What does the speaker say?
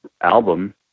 album